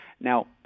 Now